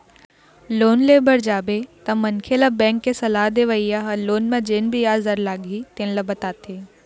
loan ले बर जाबे तअमनखे ल बेंक के सलाह देवइया ह लोन म जेन बियाज दर लागही तेन ल बताथे